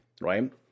right